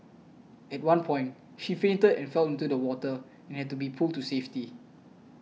at one point she fainted and fell into the water and had to be pulled to safety